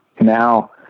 Now